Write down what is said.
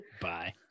Bye